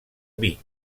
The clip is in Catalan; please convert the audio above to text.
vic